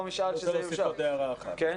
יש לי עוד